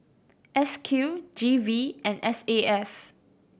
S Q G V and S A F